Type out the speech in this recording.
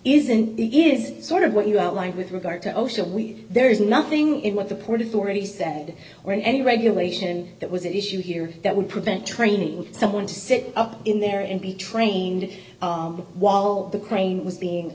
isn't it is sort of what you outlined with regard to osha we there's nothing in what the port authority said or in any regulation that was an issue here that would prevent training someone to sit up in there and be trained while the crane was being